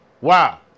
Wow